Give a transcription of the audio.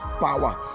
power